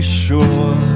sure